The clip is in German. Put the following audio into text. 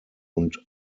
und